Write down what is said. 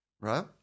right